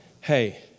hey